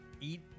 Eat